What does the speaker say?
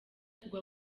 kugwa